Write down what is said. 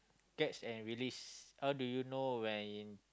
catch and release how do you know when in